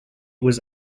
was